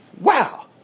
Wow